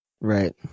right